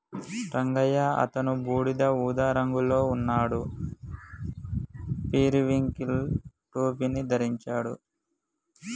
రంగయ్య అతను బూడిద ఊదా రంగులో ఉన్నాడు, పెరివింకిల్ టోపీని ధరించాడు